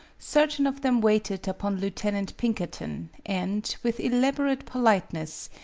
certain of them waited upon lieutenant pin kerton, and, with elaborate politeness,